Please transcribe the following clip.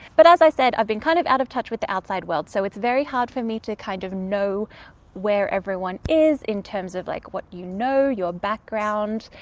but as i said, i've been kind of out of touch with the outside world so it's very hard for me to kind of know where everyone is in terms of like what you know, your background.